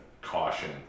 caution